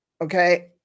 Okay